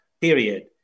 period